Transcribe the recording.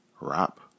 wrap